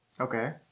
Okay